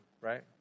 right